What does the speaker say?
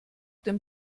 dem